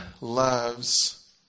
loves